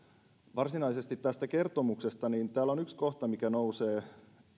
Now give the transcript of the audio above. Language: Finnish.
varsinaisesti tästä kertomuksesta täällä on yksi kohta joka nousee